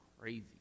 crazy